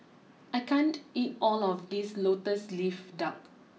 I can't eat all of this Lotus leaf Duck